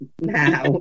Now